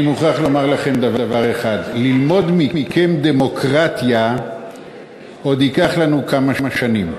אני מוכרח לומר לכם דבר אחד: ללמוד מכם דמוקרטיה עוד ייקח לנו כמה שנים,